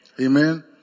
Amen